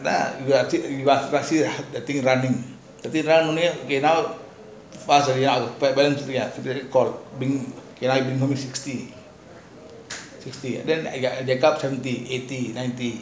the thing run okay now pass already you see then it check up to eighty ninety